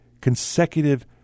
consecutive